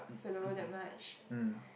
mm